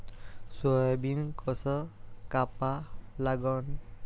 Soybean कस कापा लागन?